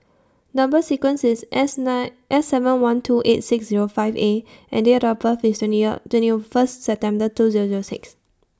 Number sequence IS S nine S seven one two eight six Zero five A and Date of birth IS twenty of twenty of First September two Zero Zero six